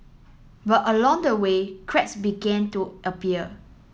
but along the way cracks began to appear